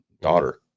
daughter